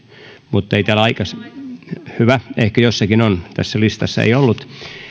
mutta ei täällä aikaisemmin ollut hyvä ehkä jossakin on tässä listassa ei ollut